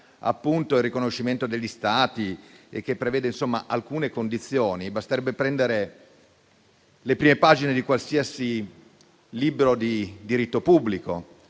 il riconoscimento degli Stati e prevede alcune condizioni, basterebbe leggere le prime pagine di qualsiasi libro di diritto pubblico,